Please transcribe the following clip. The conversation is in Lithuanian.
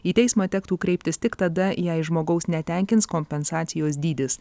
į teismą tektų kreiptis tik tada jei žmogaus netenkins kompensacijos dydis